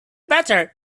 better